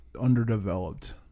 underdeveloped